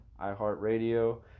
iHeartRadio